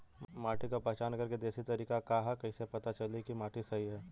माटी क पहचान करके देशी तरीका का ह कईसे पता चली कि माटी सही ह?